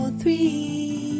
three